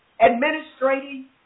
administrating